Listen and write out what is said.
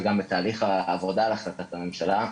וגם בתהליך העבודה על החלטת הממשלה,